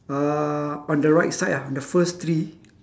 uh on the right side ah the first tree